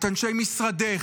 את אנשי משרדך,